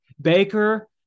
Baker